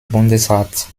bundesrat